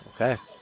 Okay